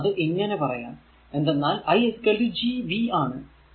നമുക്ക് അത് അങ്ങനെ പറയാം എന്തെന്നാൽ i Gv ആണ്